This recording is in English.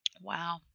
Wow